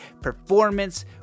performance